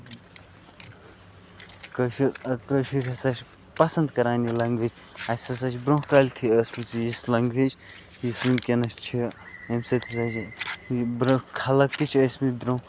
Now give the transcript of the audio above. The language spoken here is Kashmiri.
کٲشُر کٲشِر ہسا چھِ پَسند کران یہِ لینگویج اَسہِ ہسا چھِ برونہہ کالہٕ تہِ ٲسمٕژ یِژھ لینگویج یُس ؤنۍ کینَس چھِ ییٚمہِ سۭتۍ ہسا چھِ برونہہ خَلاق تہِ چھِ ٲسمٕتۍ برونہہ